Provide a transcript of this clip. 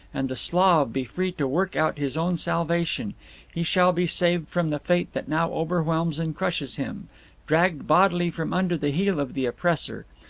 and the slav be free to work out his own salvation he shall be saved from the fate that now overwhelms and crushes him dragged bodily from under the heel of the oppressor.